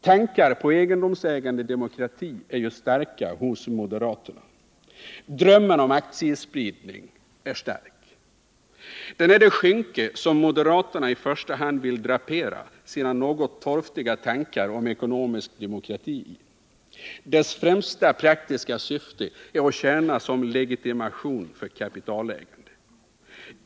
Tankar på egendomsägandedemokrati är ju starka hos moderaterna. Drömmen om aktiespridning är stark. Den är det skynke som moderaterna i första hand vill drapera sina något torftiga tankar om ekonomisk demokrati i. Dess främsta praktiska syfte är att tjäna som legitimation för kapitalägande.